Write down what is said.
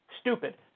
stupid